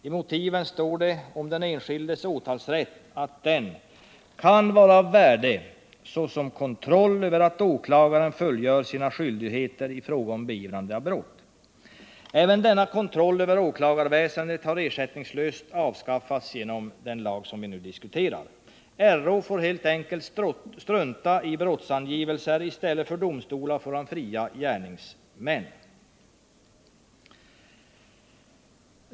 I motiven står det om den enskildes åtalsrätt, att den ”—-——- kan vara av värde såsom kontroll över att åklagaren fullgör sina skyldigheter i fråga om beivrande av brott.” Även denna kontroll över åklagarväsendet har ersättningslöst avskaffats genom den lag som vi nu diskuterar. RÅ får helt enkelt strunta i brottsangivelser; i stället för domstolar är det han som får fria gärningsmän.